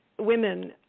Women